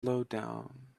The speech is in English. lowdown